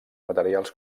materials